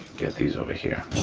get these over here.